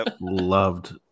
loved